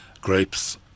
grapes